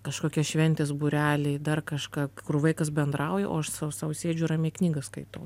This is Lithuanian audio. kažkokios šventės būreliai dar kažką kur vaikas bendrauja o aš sau sau sėdžiu ramiai knygą skaitau